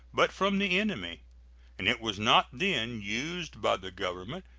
but from the enemy and it was not then used by the government,